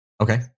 Okay